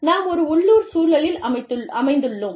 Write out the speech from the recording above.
நாம் ஒரு உள்ளூர் சூழலில் அமைந்துள்ளோம்